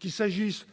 qu'il s'agisse